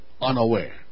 unaware